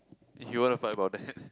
if you want to find about that